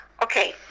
Okay